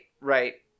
right